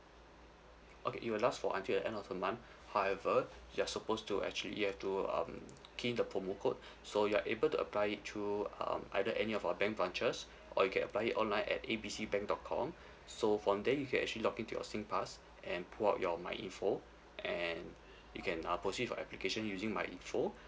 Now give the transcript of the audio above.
okay it will last for until the end of the month however you're supposed to actually you have to um key in the promo code so you're able to apply it through um either any of our bank branches or you can apply it online at A B C bank dot com so from there you can actually log in to your singpass and pull out your my info and you can uh proceed with your application using my info